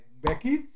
Becky